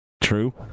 True